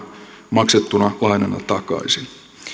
maksettuna lainana takaisin